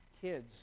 kids